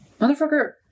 motherfucker